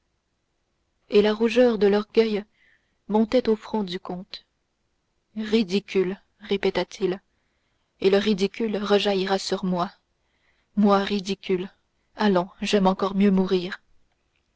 et la rougeur de l'orgueil montait au front du comte ridicule répéta-t-il et le ridicule rejaillira sur moi moi ridicule allons j'aime encore mieux mourir